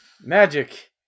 Magic